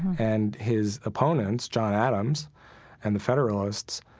and his opponents, john adams and the federalists,